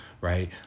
right